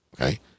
Okay